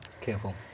careful